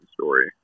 story